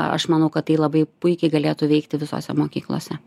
aš manau kad tai labai puikiai galėtų veikti visose mokyklose